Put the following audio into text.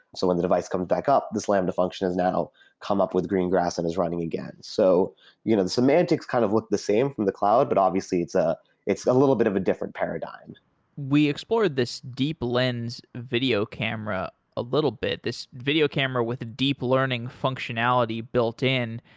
so when the device comes back up, this lambda functions has now come up with greengrass and is running again. so you know the semantics kind of look the same for the cloud, but obviously it's ah it's a little bit of a different paradigm we explored this deep lends video camera a little bit, this video camera with deep learning functionality built-in.